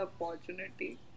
opportunity